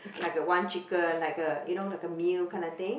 like a one chicken like a you know like a meal kind of thing